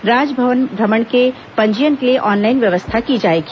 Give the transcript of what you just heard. राजभवन भ्रमण के पंजीयन के लिए ऑनलाइन व्यवस्था की जाएगी